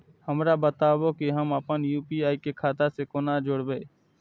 हमरा बताबु की हम आपन यू.पी.आई के खाता से कोना जोरबै?